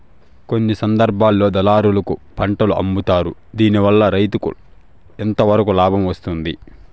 కొన్ని సందర్భాల్లో దళారులకు పంటలు అమ్ముతుంటారు దీనివల్ల రైతుకు ఎంతవరకు లాభం వస్తుంది?